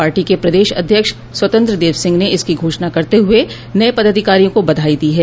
पाटी के प्रदेश अध्यक्ष स्वतंत्र देव सिंह ने इसकी घोषणा करते हुए नये पदाधिकारियों को बधाई दी है